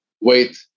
wait